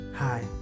Hi